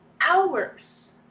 hours